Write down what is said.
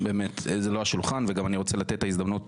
אבל זה לא השולחן ואני גם רוצה לתת את ההזדמנות